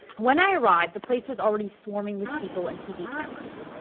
when i arrived the place was already swarming with people and tv cameras,